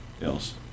else